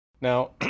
Now